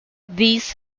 these